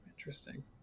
Interesting